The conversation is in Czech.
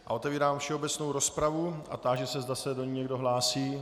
Otevírám všeobecnou rozpravu a táži se, zda se do ní někdo hlásí.